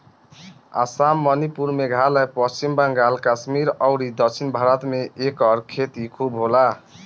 आसाम, मणिपुर, मेघालय, पश्चिम बंगाल, कश्मीर अउरी दक्षिण भारत में एकर खेती खूब होला